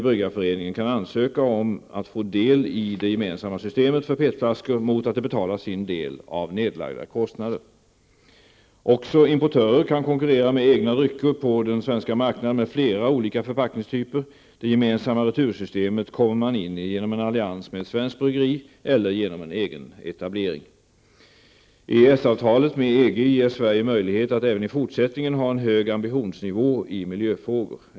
Bryggareföreningen kan ansöka om att få del i det gemensamma systemet för PET-flaskor mot att det betalar sin del av nedlagda kostnader. Också importörer kan konkurrera med egna drycker på den svenska marknaden med flera olika förpackningstyper. Det gemensamma retursystemet kommer man in i genom en allians med ett svenskt bryggeri eller genom egen etablering. EES-avtalet med EG ger Sverige möjlighet att även i fortsättningen ha en hög ambitionsnivå i miljöfrågor.